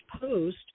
post